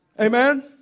Amen